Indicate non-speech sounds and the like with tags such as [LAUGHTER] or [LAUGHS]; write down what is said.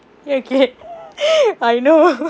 okay [LAUGHS] I know [LAUGHS]